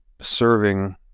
serving